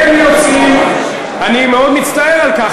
אני מאוד מצטער על כך,